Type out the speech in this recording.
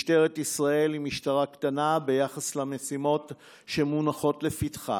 משטרת ישראל היא משטרה קטנה ביחס למשימות שמונחות לפתחה,